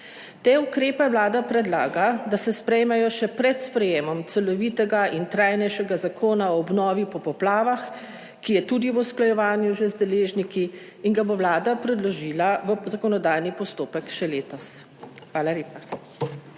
Te ukrepe Vlada predlaga, da se sprejmejo še pred sprejemom celovitega in trajnejšega zakona o obnovi po poplavah, ki je tudi v usklajevanju že z deležniki in ga bo Vlada predložila v zakonodajni postopek še letos. Hvala lepa.